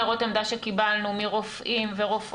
קטלוניה, שמהווה 8% מספרד, נתנה באופן וולונטרי.